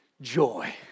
joy